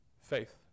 Faith